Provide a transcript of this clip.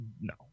no